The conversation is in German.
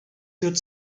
führt